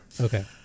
Okay